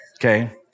Okay